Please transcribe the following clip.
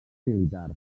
militars